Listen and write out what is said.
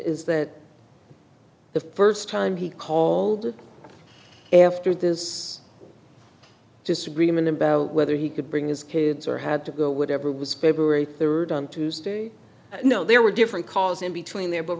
is that the first time he called after there's disagreement about whether he could bring his kids or had to go whatever it was february third on tuesday no there were different calls in between there but